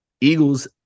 Eagles